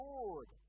Lord